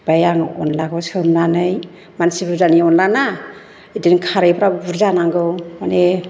ओमफ्राय आं अनलाखौ सोमनानै मानसि बुरजानि अनला ना बिदिनो खारैफ्रा बुरजा नांगौ माने